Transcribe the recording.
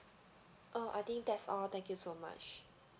uh I think that's all thank you so much